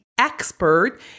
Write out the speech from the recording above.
expert